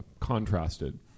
contrasted